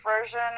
version